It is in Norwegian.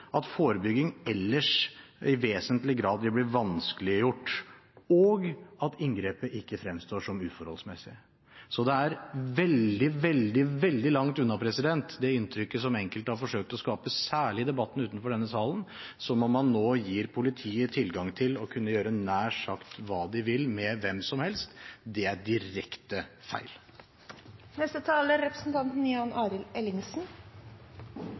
at forebygging ellers i vesentlig grad vil bli vanskeliggjort, og at inngrepet ikke fremstår som uforholdsmessig. Så det er veldig, veldig, veldig langt unna det inntrykket som enkelte har forsøkt å skape, særlig i debatten utenfor denne salen, av at man nå gir politiet tilgang til nær sagt å kunne gjøre hva de vil med hvem som helst. Det er direkte